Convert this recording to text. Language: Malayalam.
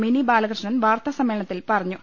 മിനി ബാല കൃഷ്ണൻ വാർത്താസമ്മേളനത്തിൽ പറഞ്ഞു